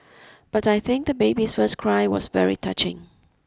but I think the baby's first cry was very touching